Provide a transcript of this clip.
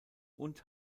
und